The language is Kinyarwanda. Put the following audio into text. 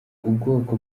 ubwoko